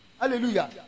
Hallelujah